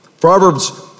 Proverbs